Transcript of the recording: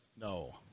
No